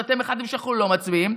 ואתם החלטתם שאנחנו לא מצביעים,